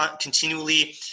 continually